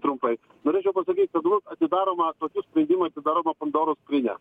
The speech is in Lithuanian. trumpai norėčiau pasakyt kad vat atidaroma tokiu sprendimu atidaroma pandoros skrynia